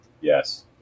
yes